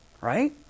Right